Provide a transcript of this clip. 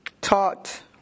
taught